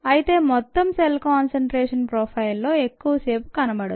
అయితే మొత్తం cell concentration ప్రోఫైల్లో ఎక్కువ సేపు కనబడదు